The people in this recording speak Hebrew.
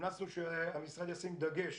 המלצנו שהמשרד ישים דגש